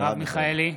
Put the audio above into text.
(קורא בשמות חברות הכנסת) מרב מיכאלי,